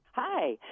Hi